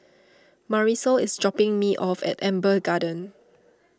Marisol is dropping me off at Amber Gardens